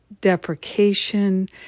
Deprecation